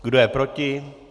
Kdo je proti?